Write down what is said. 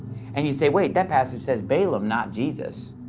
and you say, wait, that passage says balaam, not jesus,